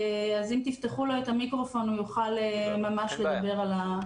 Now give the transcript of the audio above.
אם תפתחו לו את המיקרופון הוא יוכל ממש לדבר על זה.